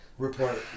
report